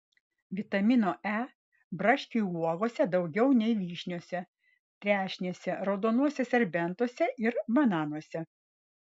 vitamino e braškių uogose daugiau nei vyšniose trešnėse raudonuose serbentuose ir bananuose